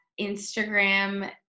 instagram